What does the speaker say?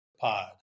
Pod